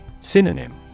Synonym